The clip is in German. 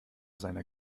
seiner